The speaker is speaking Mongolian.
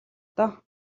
доо